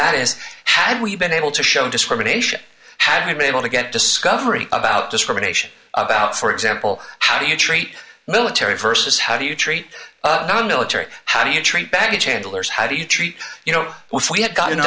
that is had we been able to show discrimination had we been able to get discovery about discrimination about for example how do you treat military versus how do you treat the military how do you treat baggage handlers how do you treat you know which we have got en